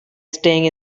staying